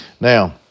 Now